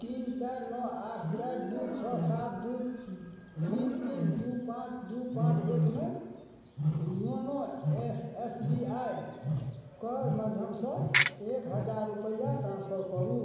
तीन चारि नओ आठ चारि दू छओ सात दू तीन तीन दू पाँच दू पाँच एकमे योनो एस बी आइ के माध्यमसँ एक हजार रुपैआ ट्रांसफर करू